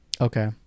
okay